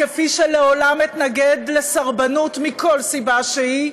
כפי שלעולם אתנגד לסרבנות, מכל סיבה שהיא,